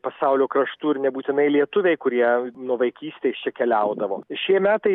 pasaulio kraštų ir nebūtinai lietuviai kurie nuo vaikystės čia keliaudavo šie metai